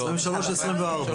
בשנת 2023 וב-2024.